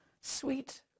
Sweet